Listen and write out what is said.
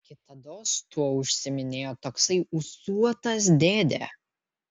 kitados tuo užsiiminėjo toksai ūsuotas dėdė